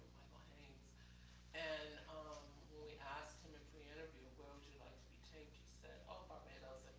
the and when we asked him in pre-interview, where would you like to be taped, he said, oh, barbados.